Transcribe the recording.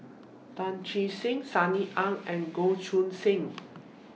Tan Che Sang Sunny Ang and Goh Choo San